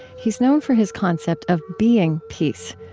he's known for his concept of being peace,